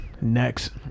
next